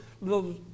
little